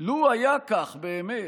לו היה כך באמת,